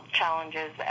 challenges